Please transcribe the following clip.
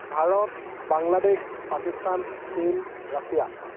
ভাৰত বাংলাদেশ পাকিস্তান চীন ৰাছিয়া